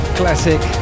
classic